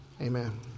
Amen